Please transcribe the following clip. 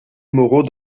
moreau